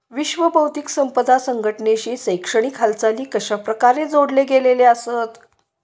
विश्व बौद्धिक संपदा संघटनेशी शैक्षणिक हालचाली कशाप्रकारे जोडले गेलेले आसत?